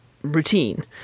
Routine